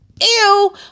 Ew